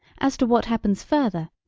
as to what happens further,